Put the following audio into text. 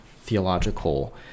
theological